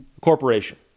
corporation